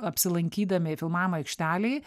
apsilankydami filmavimo aikštelėj